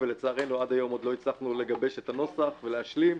ולצערנו עד היום עוד לא הצלחנו לגבש את הנוסח ולהשלים.